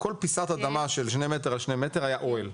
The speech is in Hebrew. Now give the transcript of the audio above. בכל פיסת אדמה של שני מ' על שני מ' היה אוהל.